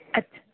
अच्छा